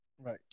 Right